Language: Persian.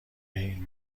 این